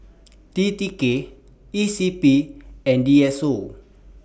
T T K E C P and D S O